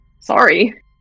Sorry